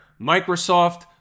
Microsoft